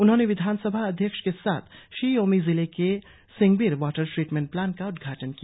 उन्होंने विधान सभा अध्यक्ष के साथ शी योमी जिले के सिंगबिर वाटर ट्रीट्मेंट प्लांट का उदघाटन किया